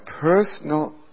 personal